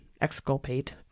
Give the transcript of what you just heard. exculpate